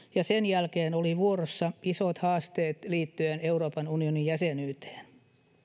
ja sen jälkeen olivat vuorossa isot haasteet liittyen euroopan unionin jäsenyyteen